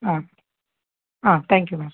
ಹಾಂ ಹಾಂ thank you ma'am